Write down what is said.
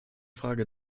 frage